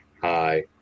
Hi